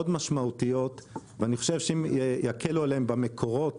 משמעותיות ואני חושב שאם יקלו עליהם במקורות